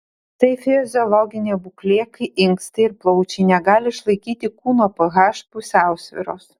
tai fiziologinė būklė kai inkstai ir plaučiai negali išlaikyti kūno ph pusiausvyros